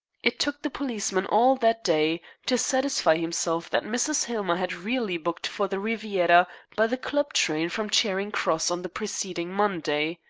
it took the policeman all that day to satisfy himself that mrs. hillmer had really booked for the riviera by the club train from charing cross on the preceding monday.